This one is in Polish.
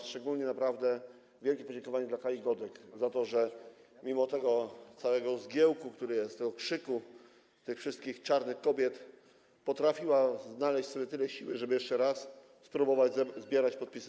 Szczególne i naprawdę wielkie podziękowania dla Kai Godek za to, że mimo tego całego zgiełku, który jest, tego krzyku, tych wszystkich czarnych kobiet, potrafiła znaleźć w sobie tyle siły, żeby jeszcze raz spróbować zbierać podpisy.